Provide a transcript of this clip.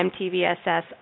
MTVSS